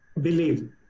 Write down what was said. believe